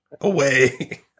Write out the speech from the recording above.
away